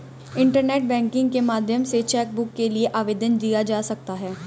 internet banking के माध्यम से चैकबुक के लिए आवेदन दिया जा सकता है